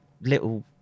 little